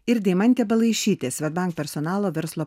ir deimantė balaišytė swedbank personalo verslo